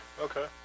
Okay